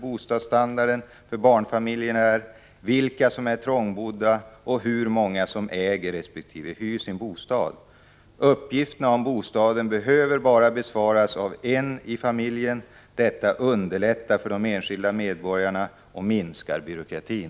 bostadsstandarden för barnfamiljer är, vilka som är trångbodda och hur många som äger resp. hyr sin bostad. Uppgifterna om bostaden behöver bara besvaras av en i familjen. Detta underlättar för de enskilda medborgarna och minskar byråkratin.